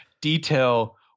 detail